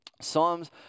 Psalms